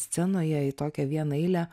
scenoje į tokią vieną eilę